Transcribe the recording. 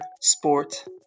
sport